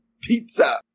pizza